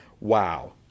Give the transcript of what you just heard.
Wow